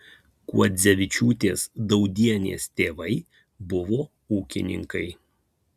kuodzevičiūtės daudienės tėvai buvo ūkininkai